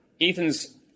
Ethan's